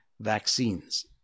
vaccines